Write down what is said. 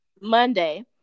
Monday